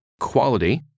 quality